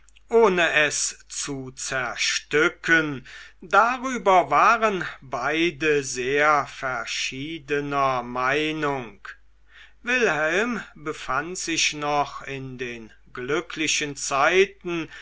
ohne es zu zerstücken darüber waren beide sehr verschiedener meinung wilhelm befand sich noch in den glücklichen zeiten